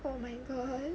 oh my god